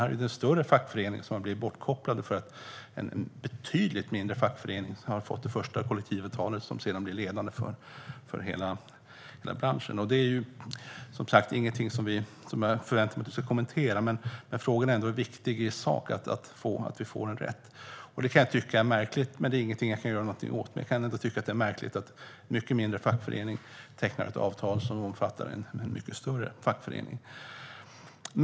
Här är det en större fackförening som har blivit bortkopplad på grund av att en betydligt mindre fackförening har fått det första kollektivavtalet, vilket sedan har blivit ledande för hela branschen. Detta är givetvis inget som jag förväntar mig att statsrådet ska kommentera, men det är ändå viktigt att det i sak blir rätt. Jag kan tycka att det här är märkligt, men det är ingenting som jag kan göra något åt. Det är märkligt att en mycket mindre fackförening tecknar ett avtal som omfattar en mycket större fackförening.